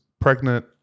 pregnant